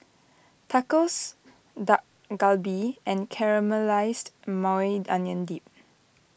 Tacos Dak Galbi and Caramelized Maui Onion Dip